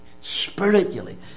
spiritually